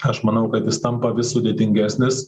aš manau kad jis tampa vis sudėtingesnis